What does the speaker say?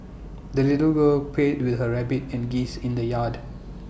the little girl played with her rabbit and geese in the yard